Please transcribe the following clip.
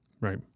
Right